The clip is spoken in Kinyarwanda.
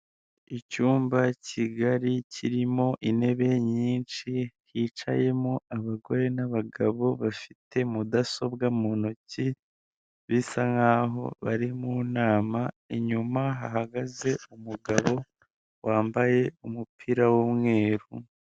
Icyumba kigari kirimo intebe nyinshi, hicayemo abagore n'abagabo bafite mudasobwa mu ntoki, bisa nkaho bari mu nama, inyuma hahagaze umugabo wambaye umupira w'umweru.